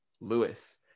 Lewis